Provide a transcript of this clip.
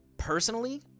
Personally